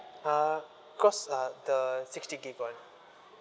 uh cause uh the sixty gig [one]